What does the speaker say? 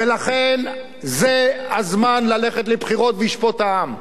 ולכן, זה הזמן ללכת לבחירות, וישפוט העם,